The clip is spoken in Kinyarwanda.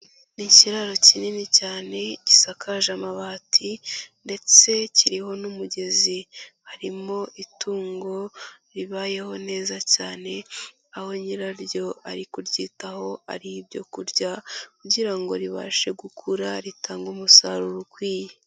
Ni ikiraro kinini cyane gisakaje amabati ndetse kiriho n'umugezi. Harimo itungo ribayeho neza cyane, aho nyiraryo ari kuryitaho, ariha ibyo kurya kugira ngo ribashe gukura, ritanga umusaruro ukwiye.